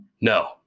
No